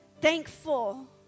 thankful